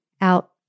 out